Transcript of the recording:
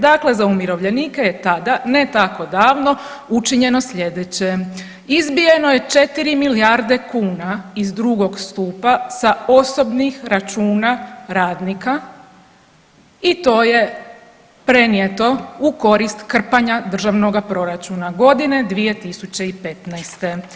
Dakle, za umirovljenike je tada ne tako davno učinjeno slijedeće, izbijeno je 4 milijarde kuna iz drugog stupa sa osobnih računa radnika i to je prenijeto u korist krpanja državnoga proračuna godine 2015.